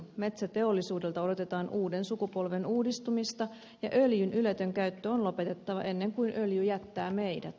metsäteollisuudelta odotetaan uuden sukupolven uudistumista ja öljyn yletön käyttö on lopetettava ennen kuin öljy jättää meidät